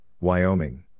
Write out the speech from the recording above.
Wyoming